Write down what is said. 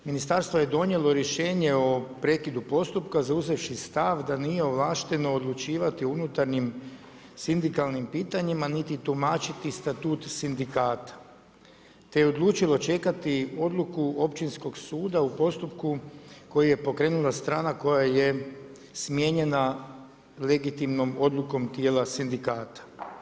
Ministarstvo je donijelo rješenje o prekidu postupka zauzevši stav da nije ovlašteno odlučivati unutarnjim sindikalnim pitanjima niti tumačiti statut sindikata te je odlučilo čekati odluku općinskog suda u postupku koji je pokrenula strana koja je smijenjena legitimnom odlukom sindikata.